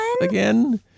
again